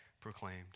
proclaimed